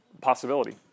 possibility